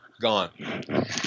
gone